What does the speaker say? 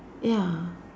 ya